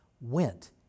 went